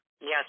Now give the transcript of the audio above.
Yes